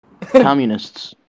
Communists